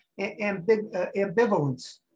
ambivalence